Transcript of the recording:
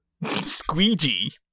squeegee